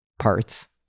parts